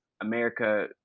America